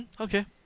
Okay